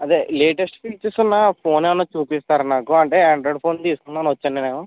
అదే latest features ఉన్న phone ఏమైనా చూపిస్తారా నాకు అంటే ఆండ్రాయిడ్ ఫోన్ తీసుకుందామని వచ్చాను నేను